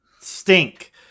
Stink